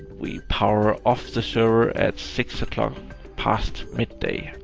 we power off the server at six o'clock past midday,